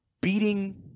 beating